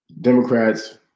Democrats